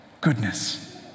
goodness